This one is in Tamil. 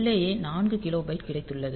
உள்ளேயே 4 கிலோபைட் கிடைத்துள்ளது